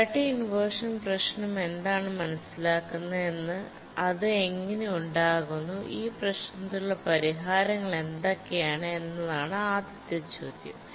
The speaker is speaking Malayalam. പ്രിയോറിറ്റി ഇൻവെർഷൻ പ്രശ്നം എന്താണ് മനസിലാക്കുന്നത് അത് എങ്ങനെ ഉണ്ടാകുന്നു ഈ പ്രശ്നത്തിനുള്ള പരിഹാരങ്ങൾ എന്തൊക്കെയാണ് എന്നതാണ് ആദ്യത്തെ ചോദ്യം